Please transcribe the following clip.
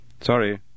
Sorry